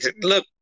look